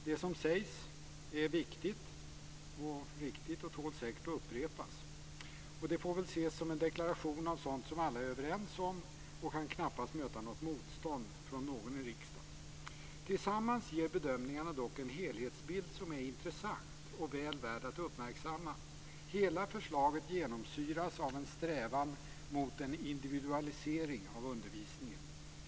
Det som sägs är viktigt och riktigt och tål säkert att upprepas. Det får ses som en deklaration av sådant som alla är överens om och kan knappast möta något motstånd från någon i riksdagen. Tillsammans ger bedömningarna dock en helhetsbild som är intressant och väl värd att uppmärksamma. Hela förslaget genomsyras av en strävan mot en individualisering av undervisningen.